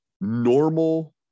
normal